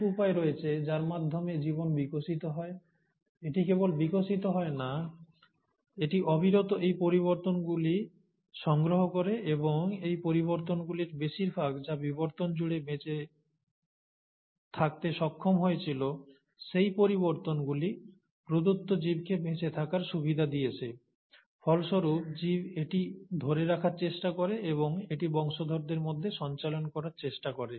অনেক উপায় রয়েছে যার মাধ্যমে জীবন বিকশিত হয় এটি কেবল বিকশিত হয় না এটি অবিরত এই পরিবর্তনগুলি সংগ্রহ করে এবং এই পরিবর্তনগুলির বেশিরভাগ যা বিবর্তন জুড়ে বেঁচে থাকতে সক্ষম হয়েছিল সেই পরিবর্তনগুলি প্রদত্ত জীবকে বেঁচে থাকার সুবিধা দিয়েছে ফলস্বরূপ জীব এটি ধরে রাখার চেষ্টা করে এবং এটি বংশধরদের মধ্যে সঞ্চালন করার চেষ্টা করে